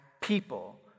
people